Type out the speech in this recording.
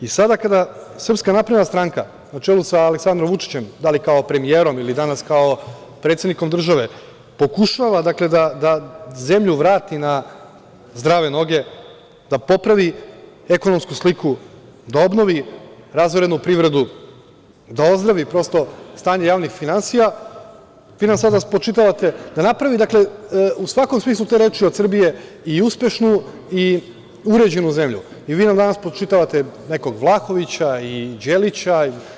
I sada kada SNS, na čelu sa Aleksandrom Vučićem, da li kao premijerom ili danas kao predsednikom države, pokušava da zemlju vrati na zdrave noge, da popravi ekonomsku sliku, da obnovi razorenu privredu, da ozdravi stanje javnih finansija, da napravi u svakom smislu te reči od Srbije i uspešnu i uređenu zemlju, vi nam sada spočitavate nekog Vlahovića i Đelića.